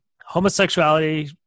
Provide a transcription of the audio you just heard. homosexuality